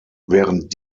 während